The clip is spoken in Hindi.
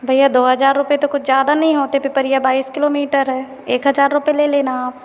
भैया दो हज़ार रुपये तो कुछ ज्यादा नहीं होते पिपरिया बाईस किलोमीटर है एक हज़ार रुपए ले लेना आप